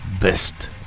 best